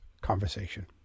conversation